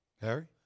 Harry